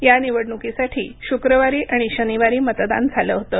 या निवडणुकीसाठी शुक्रवारी आणि शनिवारी मतदान झालं होतं